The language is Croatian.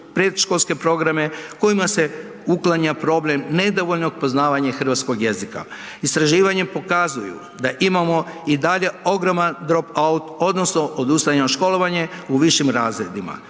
predškolske programa kojima se uklanja problem nedovoljnog poznavanja hrvatskog jezika. Istraživanje pokazuju da imamo i dalje ogroman broj odnosno odustajanje od školovanje u višim razredima